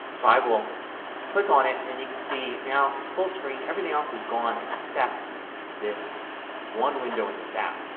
so i will click on it and you will see now it's full screen. everything else is gone except this one window in this app.